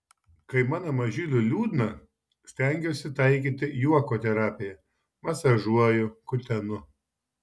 kai mano mažyliui liūdna stengiuosi taikyti juoko terapiją masažuoju kutenu